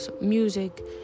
music